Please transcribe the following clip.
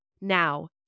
Now